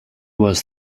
was